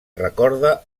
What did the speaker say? recorda